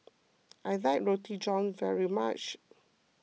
I like Roti John very much